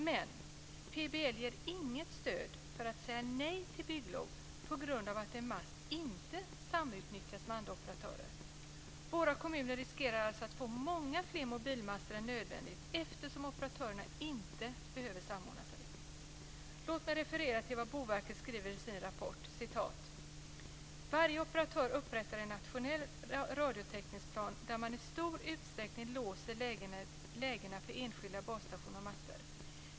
Men PBL ger inget stöd för att säga nej till bygglov på grund av att en mast inte samutnyttjas med andra operatörer. Våra kommuner riskerar alltså att få många fler mobilmaster än nödvändigt eftersom operatörerna inte behöver samordna utnyttjandet. Låt mig referera till vad Boverket skriver i sin rapport: "Varje operatör upprättar en nationell radiotäckningsplan där man i stor utsträckning låser lägen för enskilda basstationer och master.